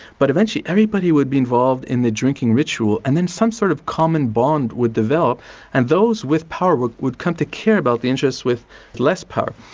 but eventually everybody would be involved in the drinking ritual and then some sort of common bond would develop and those with power would would come to care about the interests with less power.